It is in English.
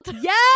yes